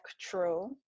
true